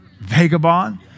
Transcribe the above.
vagabond